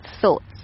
thoughts